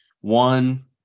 one